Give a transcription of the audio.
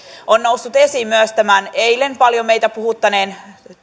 on noussut esiin myös tämän eilen paljon meitä puhuttaneen